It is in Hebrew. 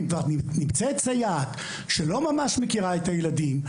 נמצאת סייעת שלא ממש מכירה את הילדים.